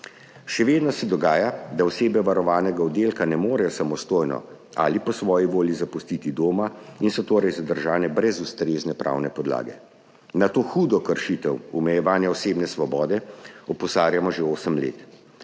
Še vedno se dogaja, da osebe varovanega oddelka ne morejo samostojno ali po svoji volji zapustiti doma in so torej zadržane brez ustrezne pravne podlage. Na to hudo kršitev omejevanja osebne svobode opozarjamo že osem let.